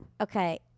Okay